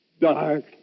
Dark